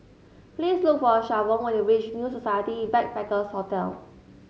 please look for Shavon when you reach New Society Backpackers' Hotel